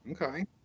Okay